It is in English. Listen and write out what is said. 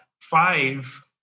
five